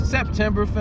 September